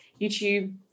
youtube